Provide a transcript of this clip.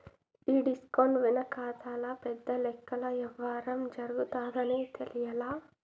ఈ డిస్కౌంట్ వెనకాతల పెద్ద లెక్కల యవ్వారం జరగతాదని తెలియలా